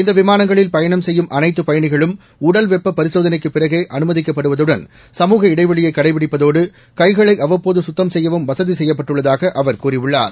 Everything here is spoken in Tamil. இந்த விமானங்களில் பயணம் செய்யும் அனைத்துப் பயணிகளும் உடல் வெப்பப் பரிசோதனைக்குப் பிறகே அனுமதிக்கப்படுவதுடன் சமூக இடைவெளியை கடைபிடிப்பதோடு கைகளை அவ்வப்போது சுத்தம் செய்யவும் வசதி செய்யப்பட்டுள்ளதாக அவர் கூறியுள்ளார்